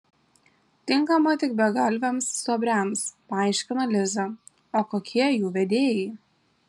tinkama tik begalviams stuobriams paaiškino liza o kokie jų vedėjai